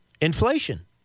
Inflation